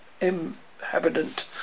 inhabitant